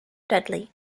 dudley